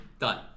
done